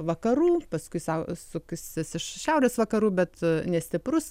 vakarų paskui sau suksis iš šiaurės vakarų bet nestiprus